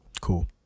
Cool